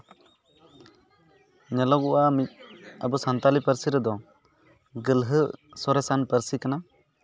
ᱧᱮᱞᱚᱜᱚᱜᱼᱟ ᱱᱤᱛ ᱟᱵᱚ ᱥᱟᱱᱛᱟᱞᱤ ᱯᱟᱹᱨᱥᱤ ᱨᱮᱫᱚ ᱜᱟᱹᱞᱦᱟᱹ ᱥᱚᱨᱮᱥᱟᱱ ᱯᱟᱹᱨᱥᱤ ᱠᱟᱱᱟ